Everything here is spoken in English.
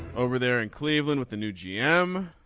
over there in cleveland with the new gm